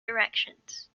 directions